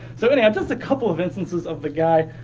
so anyhow, just a couple of instances of the guy.